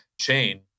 chain